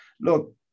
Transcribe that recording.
Look